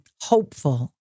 hopeful